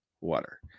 water